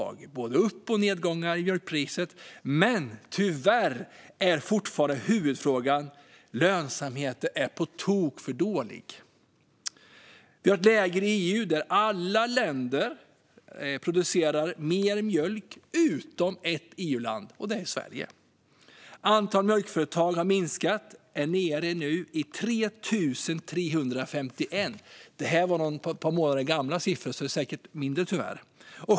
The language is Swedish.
Det har varit både upp och nedgångar i mjölkpriset, men tyvärr är fortfarande huvudproblemet att lönsamheten är på tok för dålig. Vi har ett läge i EU där alla länder utom ett producerar mer mjölk, nämligen Sverige. Antalet mjölkföretag här har minskat. Det är nu nere i 3 351. Det är ett par månader gamla siffror, så det är säkert mindre nu, tyvärr.